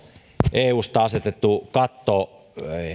eusta asetettu katto